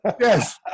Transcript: Yes